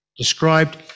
described